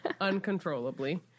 uncontrollably